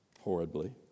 horribly